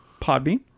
Podbean